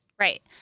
Right